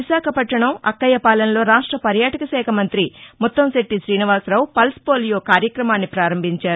విశాఖపట్లణం అక్కయ్యపాలెంలో రాష్ట పర్యాటకశాఖ మంత్రి ముత్తంశెట్లి శ్రీనివాసరావు పల్స్పోలియో కార్యక్రమాన్ని ప్రారంభించారు